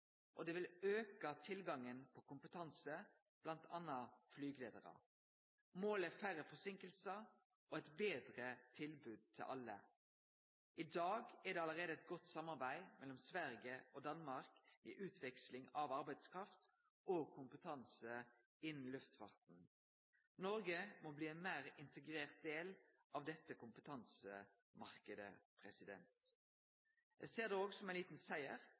og det vil auke tilgangen på kompetanse, bl.a. flygeleiarar. Målet er færre forseinkingar og eit betre tilbod til alle. I dag er det allereie eit godt samarbeid mellom Sverige og Danmark i utveksling av arbeidskraft og kompetanse innan luftfarten. Noreg må bli ein meir integrert del av denne kompetansemarknaden. Eg ser det òg som ein liten